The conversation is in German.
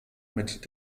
mit